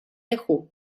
yahoo